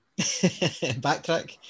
Backtrack